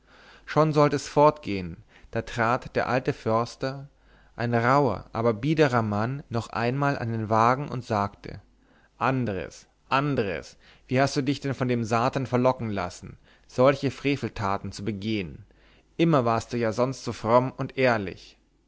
schon sollte es fortgehen da trat der alte förster ein rauher aber biederer mann noch einmal an den wagen und sagte andres andres wie hast du dich denn von dem satan verlocken lassen solche freveltaten zu begehen immer warst du ja sonst so fromm und ehrlich